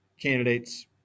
candidates